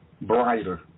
brighter